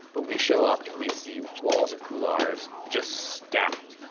but we show up and we see walls of couloirs just stacked.